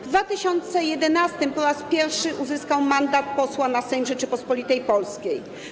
W 2011 r. po raz pierwszy uzyskał mandat posła na Sejm Rzeczypospolitej Polskiej.